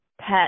pet